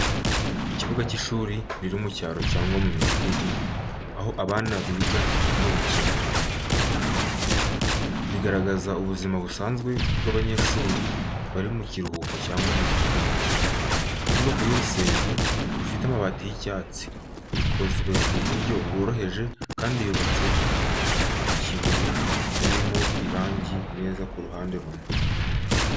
Ikibuga cy’ishuri riri mu cyaro cyangwa mu midugudu, aho abana biga no gukinira, bigaragaza ubuzima busanzwe bw’abanyeshuri bari mu karuhuko cyangwa mu mikino. Inyubako y’urusenge rufite amabati y'icyatsi, ikoze mu buryo bworoheje kandi yubatse ku kibuye kitarimo irangi neza ku ruhande rumwe.